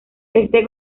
este